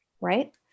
Right